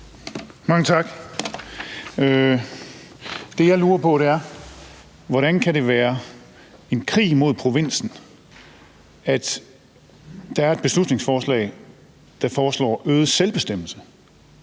Mange tak. Det, jeg lurer på, er, hvordan det kan være krig mod provinsen, at beslutningsforslag foreslår øget selvbestemmelse